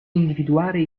individuare